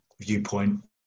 viewpoint